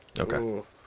okay